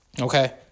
okay